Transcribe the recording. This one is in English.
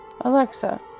Alexa